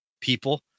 people